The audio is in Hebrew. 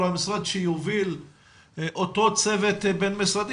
המשרד שיוביל אותו צוות בין-משרדי,